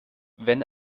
wenn